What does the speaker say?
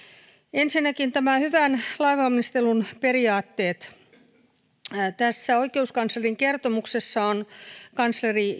ensinnäkin hyvän lainvalmistelun periaatteet tässä oikeuskanslerin kertomuksessa on kansleri